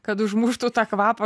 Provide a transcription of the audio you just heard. kad užmuštų tą kvapą